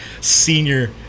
senior